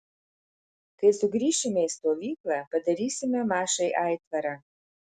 kai sugrįšime į stovyklą padarysime mašai aitvarą